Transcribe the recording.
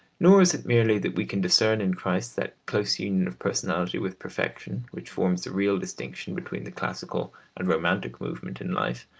nor is it merely that we can discern in christ that close union of personality with perfection which forms the real distinction between the classical and romantic movement in life,